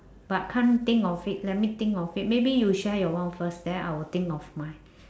but can't think of it let me think of it maybe you share your one first then I will think of mine